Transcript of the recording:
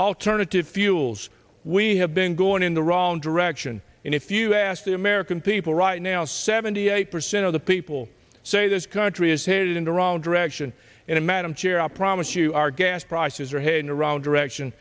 alternative fuels we have been going in the wrong direction and if you ask the american people right now seventy eight percent of the people say this country is headed in the round direction in a madam chair i promise you our gas prices are headed around direction